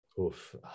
Oof